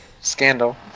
Scandal